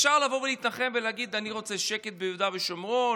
אפשר להתנחם ולהגיד: אני רוצה שקט ביהודה ושומרון,